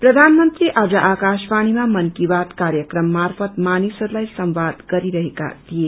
प्रधानमंत्री आज आकाशवाणीमा मनकी बात कार्यक्रम मार्फत मानिसहरूलाइ संवाद गरिरहेका थिए